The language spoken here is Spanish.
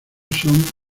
son